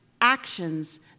actions